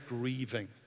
grieving